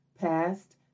past